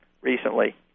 recently